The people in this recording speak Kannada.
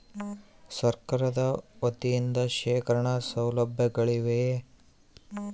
ಸರಕಾರದ ವತಿಯಿಂದ ಶೇಖರಣ ಸೌಲಭ್ಯಗಳಿವೆಯೇ?